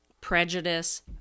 prejudice